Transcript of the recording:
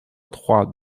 trois